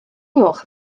gloch